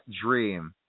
dream